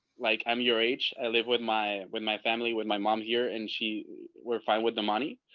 like i'm your age? i live with my, with my family, with my mom here and she we're fine with the money.